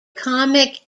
comic